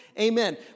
amen